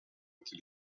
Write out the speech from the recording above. into